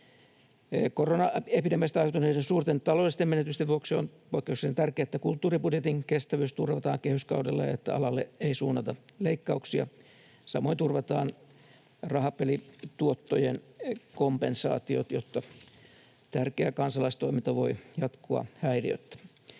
Koronaepidemiasta aiheutuneiden suurten taloudellisten menetysten vuoksi on poikkeuksellisen tärkeää, että kulttuuribudjetin kestävyys turvataan kehyskaudella ja että alalle ei suunnata leikkauksia. Samoin turvataan rahapelituottojen kompensaatiot, jotta tärkeä kansalaistoiminta voi jatkua häiriöttä.